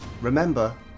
remember